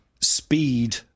Speed